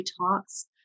talks